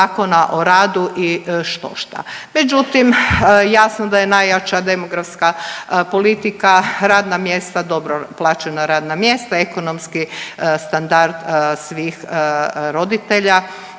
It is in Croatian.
o radu i štošta. Međutim, jasno da je najjača demografska politika radna mjesta, dobro plaćena radna mjesta, ekonomski standard svih roditelja